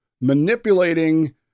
manipulating